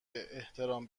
احترام